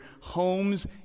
homes